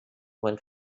went